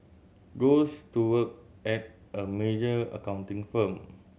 goes to work at a major accounting firm